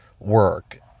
Work